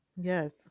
Yes